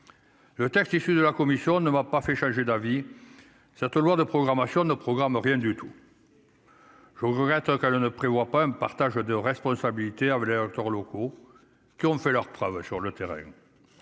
le texte issu de la commission ne va pas fait changer d'avis, cette loi de programmation de nos programmes, rien du tout, je regrette qu'elle ne prévoit pas un partage de responsabilités acteurs locaux qui ont fait leurs preuves sur le terrain,